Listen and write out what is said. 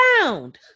found